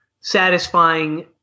satisfying